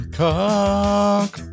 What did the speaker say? cock